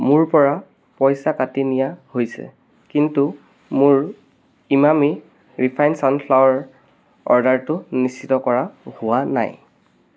মোৰ পৰা পইচা কাটি নিয়া হৈছে কিন্তু মোৰ ইমামী ৰিফাইণ্ড চানফ্লাৱাৰ অৰ্ডাৰটো নিশ্চিত কৰা হোৱা নাই